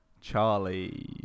Charlie